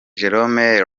jerome